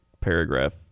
Paragraph